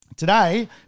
today